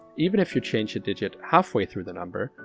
even if you change a digit halfway through the number,